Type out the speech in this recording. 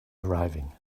arriving